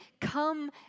come